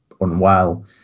unwell